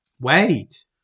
Wait